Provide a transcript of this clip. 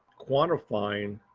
quantifying